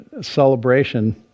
celebration